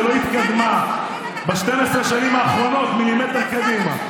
שלא התקדמה ב-12 השנים האחרונות מילימטר קדימה.